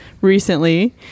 recently